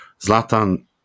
Zlatan